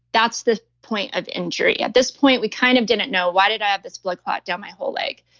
that's the point of injury. at this point, we kind of didn't know why did i have this blood clot down my whole leg.